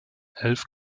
elf